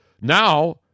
Now